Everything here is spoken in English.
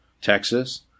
Texas